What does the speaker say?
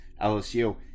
LSU